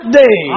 day